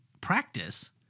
practice